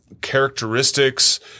characteristics